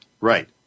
Right